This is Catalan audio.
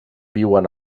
viuen